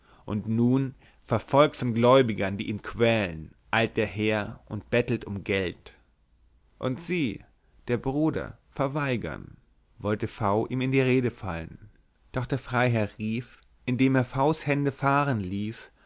und nun verfolgt von gläubigern die ihn quälen eilt er her und bettelt um geld und sie der bruder verweigern wollte ihm v in die rede fallen doch der freiherr rief indem er v s hände fahren ließ